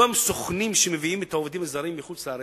אותם סוכנים שמביאים את העובדים הזרים מחוץ-לארץ,